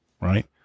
right